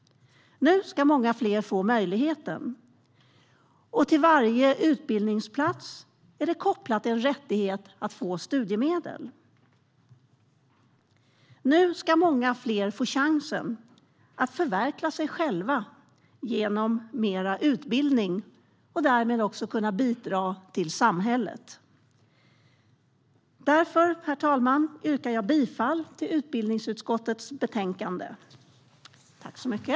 Nu ska många fler få möjligheten. Till varje utbildningsplats är det kopplat en rättighet att få studiemedel. Nu ska många fler få chansen att förverkliga sig själva genom mer utbildning och därmed också kunna bidra till samhället. Herr talman! Jag yrkar därför bifall till utbildningsutskottets förslag i betänkandet.